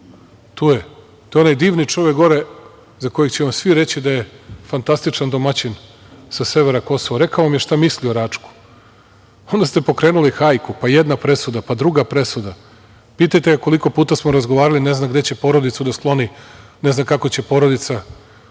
Tu je. To je onaj divni čovek gore za kojeg će vam svi reći da je fantastičan domaćin sa severa Kosova. Rekao mi je šta misli o Račku. Onda ste pokrenuli hajku, pa jedna presuda, pa druga presuda. Pitajte ga koliko puta smo razgovarali? Ne zna gde će porodicu da skloni, ne zna kako će porodica